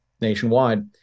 nationwide